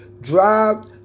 drive